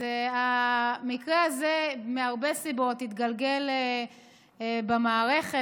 המקרה הזה מהרבה סיבות התגלגל במערכת,